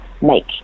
make